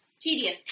tedious